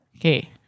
Okay